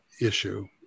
issue